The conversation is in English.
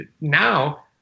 Now